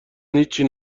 هیچی